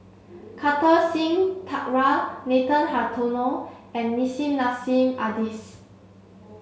Kartar Singh Thakral Nathan Hartono and Nissim Nassim Adis